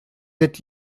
êtes